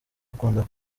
akunda